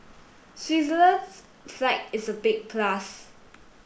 Switzerland's flag is a big plus